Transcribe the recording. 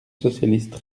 socialiste